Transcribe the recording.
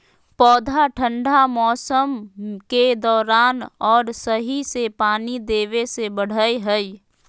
पौधा ठंढा मौसम के दौरान और सही से पानी देबे से बढ़य हइ